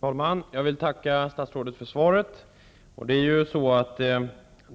Herr talman! Jag vill tacka statsrådet för svaret. Jag känner till att